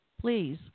please